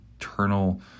eternal